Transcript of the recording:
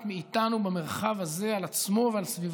מאיתנו במרחב הזה על עצמו ועל סביבתו.